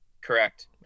Correct